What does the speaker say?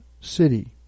city